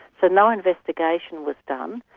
so no investigation was done,